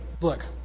look